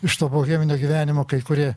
iš to boheminio gyvenimo kai kurie